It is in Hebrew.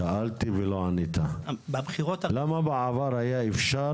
שאלתי ולא ענית, למה בעבר היה אפשר?